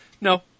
No